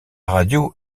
radio